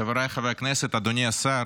חבריי חברי הכנסת, אדוני השר,